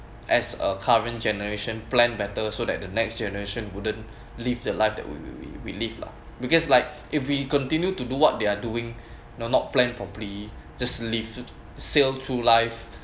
as a current generation plan better so that the next generation wouldn't live the life that we we live lah because like if we continue to do what they are doing not not plan properly just live sail through life